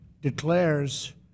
declares